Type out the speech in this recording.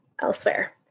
elsewhere